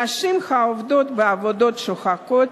נשים העובדות בעבודות שוחקות,